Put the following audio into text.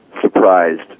surprised